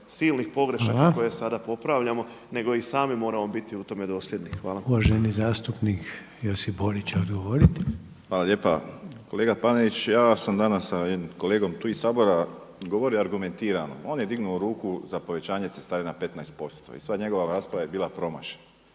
silnih pogrešaka koje sada popravljamo nego i sami moramo biti u tome dosljedni. Hvala. **Reiner, Željko (HDZ)** Uvaženi zastupnik Josip Borić, odgovor. **Borić, Josip (HDZ)** Hvala lijepa. Kolega Panenić, ja sam danas sa jednim kolegom tu iz Sabora govorio argumentirano, on je dignuo ruku za povećanje cestarina 15% i sva njegova rasprava je bila promašena